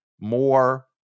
more